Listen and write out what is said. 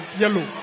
yellow